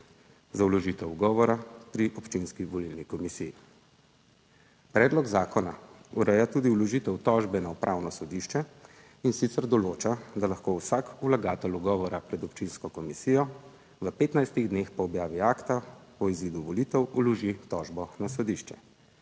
za vložitev ugovora pri občinski volilni komisiji. Predlog zakona ureja tudi vložitev tožbe na Upravno sodišče, in sicer določa, da lahko vsak vlagatelj ugovora pred občinsko komisijo v 15 dneh po objavi akta o izidu volitev vloži tožbo na sodišče.